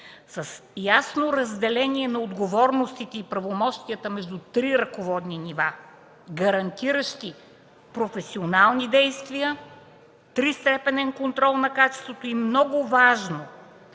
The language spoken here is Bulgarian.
с ясно разделение на отговорностите и правомощията между три ръководни нива, гарантиращи професионални действия, тристепенен контрол на качеството и много важно